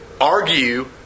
argue